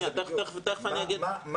תיכף אני אגיד --- בדיוק,